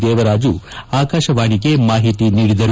ದೇವರಾಜು ಆಕಾಶವಾಣಿಗೆ ಮಾಹಿತಿ ನೀಡಿದ್ದಾರೆ